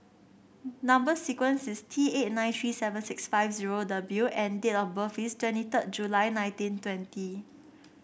number sequence is T eight nine three seven six five zero W and date of birth is twenty third July nineteen twenty